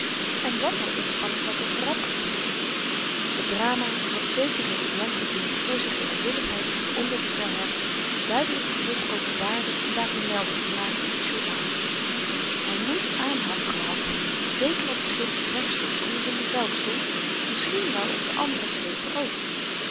en wat al inspanning was er vooraf gegaan het drama had zeker reeds lang geduurd voor zich de onwilligheid van den onderbevelhebber duidelyk genoeg openbaarde om daarvan melding te maken in t journaal hy moet aanhang gehad hebben zéker op t schip dat rechtstreeks onder z'n bevel stond misschien wel op de andere schepen ook